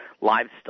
livestock